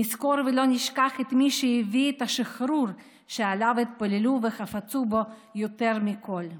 נזכור ולא נשכח את מי שהביא את השחרור שאליו התפללו וחפצו בו יותר מכול.